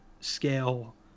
scale